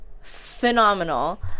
phenomenal